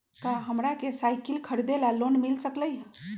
का हमरा के साईकिल खरीदे ला लोन मिल सकलई ह?